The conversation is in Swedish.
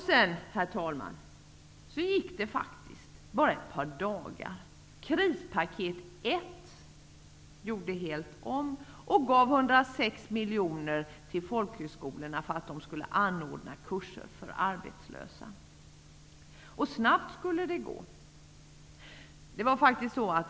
Sedan gick det bara ett par dagar: Krispaket 1 gav 106 miljoner till folkhögskolorna för att de skulle anordna kurser för arbetslösa. Snabbt skulle det gå!